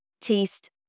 taste